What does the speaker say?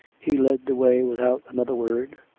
he led the way, without another word,